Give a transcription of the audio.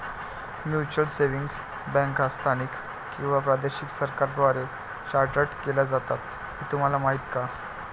Mutual savings बँका स्थानिक किंवा प्रादेशिक सरकारांद्वारे चार्टर्ड केल्या जातात हे तुम्हाला माहीत का?